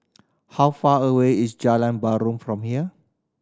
how far away is Jalan Basong from here